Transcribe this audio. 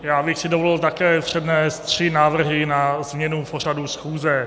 Já bych si dovolil také přednést tři návrhy na změnu pořadu schůze.